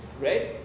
right